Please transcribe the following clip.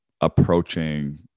approaching